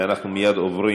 ואנחנו מייד עוברים